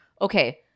Okay